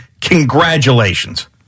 congratulations